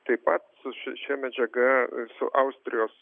taip pat su šia šia medžiaga su austrijos